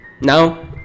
Now